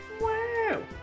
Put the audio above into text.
Wow